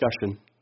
discussion